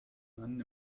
mann